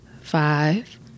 five